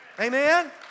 Amen